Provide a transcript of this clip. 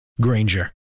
Granger